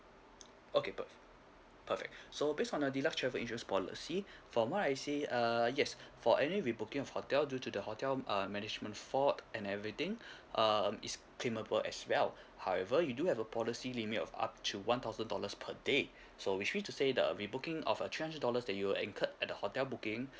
okay perf~ perfect so based on the deluxe travel insurance policy from what I see uh yes for any rebooking of hotel due to the hotel um management fault and everything um is claimable as well however you do have a policy limit of up to one thousand dollars per day so which mean to say the rebooking of uh three hundred dollars that you incurred at the hotel booking